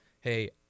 hey